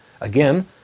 Again